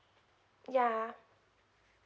yeah